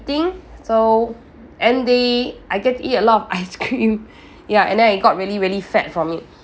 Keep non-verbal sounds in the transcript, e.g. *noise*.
~ting so and they I get to eat a lot of ice cream *laughs* ya and then I got really really fat from it